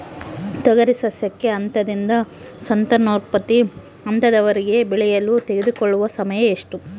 ತೊಗರಿ ಸಸ್ಯಕ ಹಂತದಿಂದ ಸಂತಾನೋತ್ಪತ್ತಿ ಹಂತದವರೆಗೆ ಬೆಳೆಯಲು ತೆಗೆದುಕೊಳ್ಳುವ ಸಮಯ ಎಷ್ಟು?